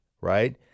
right